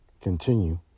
continue